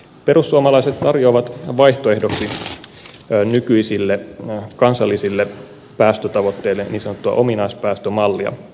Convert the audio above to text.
perussuomalaiset tarjoavat vaihtoehdoksi nykyisille kansallisille päästötavoitteille niin sanottua ominaispäästömallia